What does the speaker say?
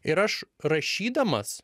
ir aš rašydamas